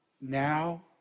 now